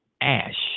ash